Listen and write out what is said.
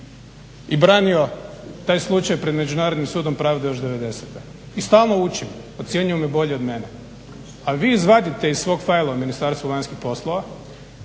i branio taj slučaj pred Međunarodnim sudom pravde još devedesete. I stalno učim, ocjenjuju me bolji od mene. A vi izvadite iz svog fajla u Ministarstvu vanjskih poslova